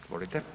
Izvolite.